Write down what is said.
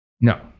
No